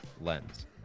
lens